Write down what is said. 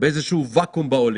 באיזשהו ואקום באולימפוס,